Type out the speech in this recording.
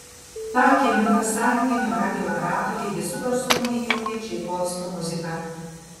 tą akimirką sąjunginio radijo operatoriai visu garsumu įjungė čaikovskio muziką